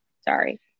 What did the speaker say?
Sorry